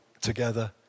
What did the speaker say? together